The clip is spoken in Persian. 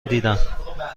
دیدم